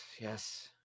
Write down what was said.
yes